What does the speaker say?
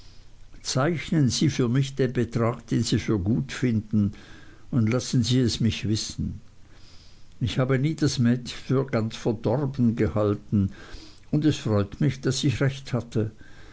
zeichnen sie für mich den betrag den sie für gut finden und lassen sie es mich wissen ich habe nie das mädchen für ganz verdorben gehalten und es freut mich daß ich recht hatte